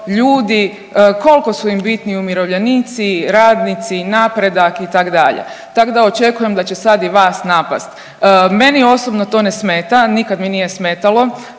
ljudi, koliko su im bitni umirovljenici, radnici, napredak itd. Tako da očekujem da će sada i vas napasti. Meni osobno to ne smeta. Nikada mi nije smetalo,